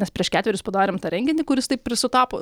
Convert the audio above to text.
nes prieš ketverius padarėm tą renginį kuris taip ir sutapo